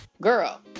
girl